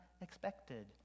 expected